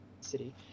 City